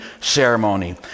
ceremony